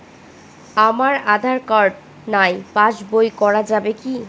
আমার আঁধার কার্ড নাই পাস বই করা যাবে কি?